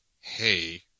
hey